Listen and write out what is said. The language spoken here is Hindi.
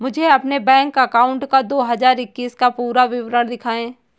मुझे अपने बैंक अकाउंट का दो हज़ार इक्कीस का पूरा विवरण दिखाएँ?